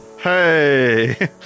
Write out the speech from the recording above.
Hey